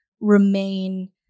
remain